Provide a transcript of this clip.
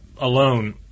Alone